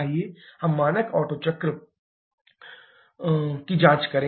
आइए हम मानक ओटो चक्र आरेख की जांच करें